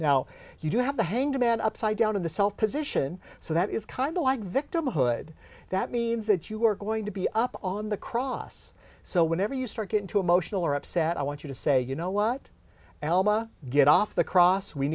now you do have the handyman upside down in the position so that is kind of like victimhood that means that you are going to be up on the cross so whenever you start getting too emotional or upset i want you to say you know what elma get off the cross we